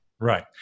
Right